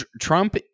Trump